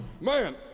Man